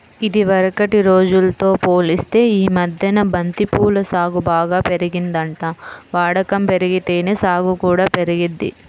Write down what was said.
ఇదివరకటి రోజుల్తో పోలిత్తే యీ మద్దెన బంతి పూల సాగు బాగా పెరిగిందంట, వాడకం బెరిగితేనే సాగు కూడా పెరిగిద్ది